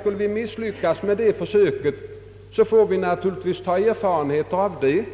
Skulle vi misslyckas med det försöket, får vi naturligtvis dra erfarenheter av det.